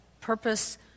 purpose